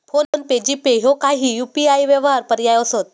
phone पे, GPay ह्यो काही UPI व्यवहार पर्याय असत